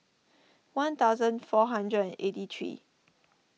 one thousand four hundred and eighty three